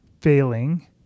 failing